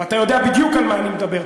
ואתה יודע בדיוק על מה אני מדבר,